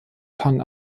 kann